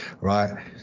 right